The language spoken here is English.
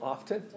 Often